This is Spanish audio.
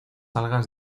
algas